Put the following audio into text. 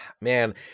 man